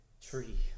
tree